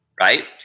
Right